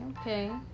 okay